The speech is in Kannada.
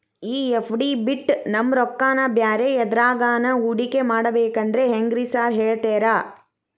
ಈ ಎಫ್.ಡಿ ಬಿಟ್ ನಮ್ ರೊಕ್ಕನಾ ಬ್ಯಾರೆ ಎದ್ರಾಗಾನ ಹೂಡಿಕೆ ಮಾಡಬೇಕಂದ್ರೆ ಹೆಂಗ್ರಿ ಸಾರ್ ಹೇಳ್ತೇರಾ?